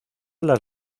las